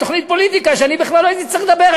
בתוכנית "פוליטיקה" אני בכלל לא הייתי צריך לדבר,